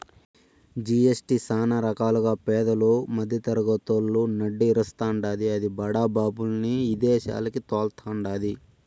GST సానా రకాలుగా పేదలు, మద్దెతరగతోళ్ళు నడ్డి ఇరస్తాండాది, అది బడా బాబుల్ని ఇదేశాలకి తోల్తండాది